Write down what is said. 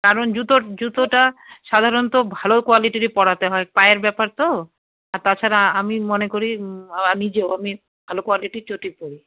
কারণ জুতোর জুতোটা সাধারণত ভালো কোয়ালিটিরই পরাতে হয় পায়ের ব্যাপার তো আর তাছাড়া আমি মনে করি আমি নিজেও আমি ভালো কোয়ালিটির চটি পরি